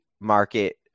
market